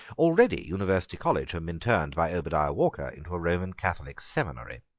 already university college had been turned by obadiah walker into a roman catholic seminary.